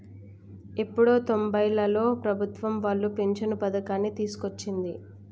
ఎప్పుడో తొంబైలలో ప్రభుత్వం వాళ్లు పించను పథకాన్ని తీసుకొచ్చింది